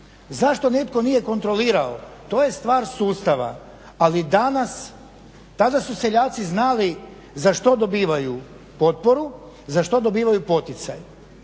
Zašto netko nije kontrolirao, to je stvar sustava. Tada su seljaci znali za što dobivaju potporu, za što dobivaju poticaj.